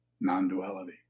non-duality